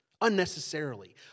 unnecessarily